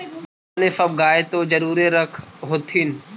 अपने सब गाय तो जरुरे रख होत्थिन?